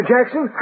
Jackson